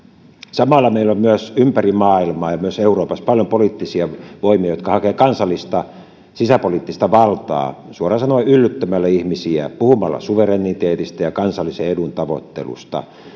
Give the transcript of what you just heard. samalla meillä on ympäri maailmaa ja myös euroopassa paljon poliittisia voimia jotka hakevat kansallista sisäpoliittista valtaa suoraan sanoen yllyttämällä ihmisiä puhumalla suvereniteetista ja kansallisen edun tavoittelusta